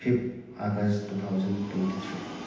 fifth August two thousand twenty three